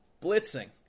blitzing